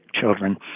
children